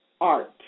art